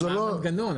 זה המנגנון,